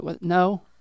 No